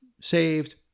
saved